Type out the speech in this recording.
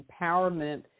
empowerment